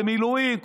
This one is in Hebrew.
במילואים,